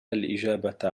الإجابة